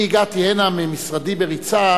הגעתי הנה ממשרדי בריצה,